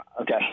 Okay